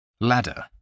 Ladder